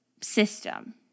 system